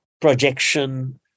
projection